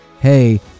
Hey